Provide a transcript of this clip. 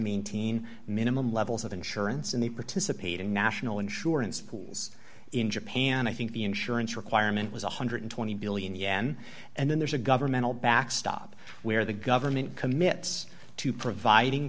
maintain minimum levels of insurance in the participating national insurance pools in japan i think the insurance requirement was one hundred and twenty billion yen and then there's a governmental backstop where the government commits to providing